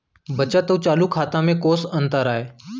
बचत अऊ चालू खाता में कोस अंतर आय?